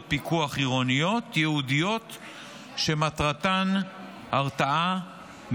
פיקוח עירוניות ייעודיות שמטרתן הרתעה,